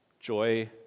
Joy